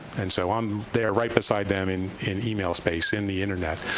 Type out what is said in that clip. and so i'm there right beside them in in email space in the internet.